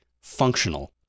functional